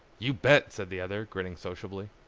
you bet! said the other, grinning sociably.